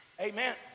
Amen